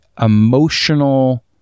emotional